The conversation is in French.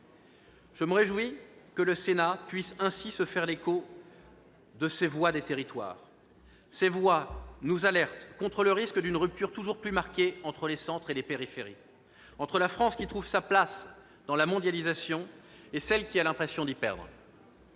Je me réjouis que le Sénat puisse ainsi se faire l'écho de ces voix des territoires. Elles nous alertent contre le risque d'une rupture toujours plus marquée entre les centres et les périphéries, entre la France qui trouve sa place dans la mondialisation et celle qui a l'impression d'y perdre.